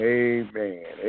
amen